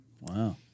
Wow